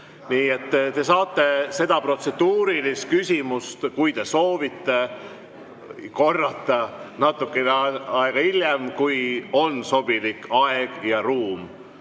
te saate seda protseduurilist küsimust, kui te soovite, korrata natuke aega hiljem, kui on sobilik aeg ja ruum.